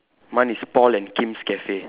mine is Paul and Kim's cafe